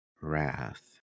Wrath